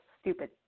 stupid